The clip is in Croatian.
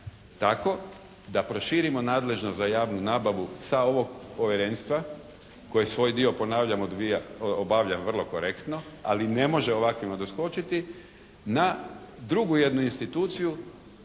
Tako da proširimo nadležnost za javnu nabavu sa ovog Povjerenstva koji svoj dio ponavljam obavlja vrlo korektno, ali ne može ovakvima doskočiti na drugu jednu instituciju